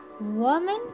Woman